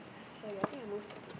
sorry I think I moved the tip